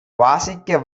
வாசிக்க